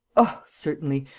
oh, certainly!